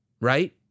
right